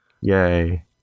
Yay